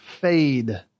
fade